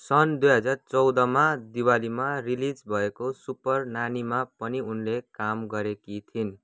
सन् दुई हजार चौधमा दिवालीमा रिलिज भएको सुपर नानीमा पनि उनले काम गरेकी थिइन्